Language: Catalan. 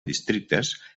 districtes